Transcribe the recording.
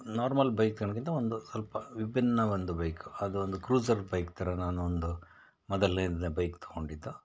normal ಬೈಕ್ಗಳಿಗಿಂತ ಒಂದು ಸ್ವಲ್ಪ ವಿಭಿನ್ನ ಒಂದು ಬೈಕ್ ಅದೊಂದು ಕ್ರೂಸರ್ ಬೈಕ್ ಥರ ನಾನು ಒಂದು ಮೊದಲ್ನೇದು ಬೈಕ್ ತಗೊಂಡಿದ್ದು